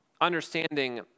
understanding